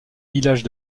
village